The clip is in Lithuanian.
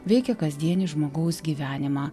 veikia kasdienį žmogaus gyvenimą